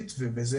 ואחוז אחד,